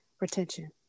retention